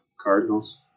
Cardinals